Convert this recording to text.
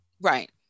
Right